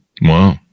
Wow